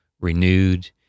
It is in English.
renewed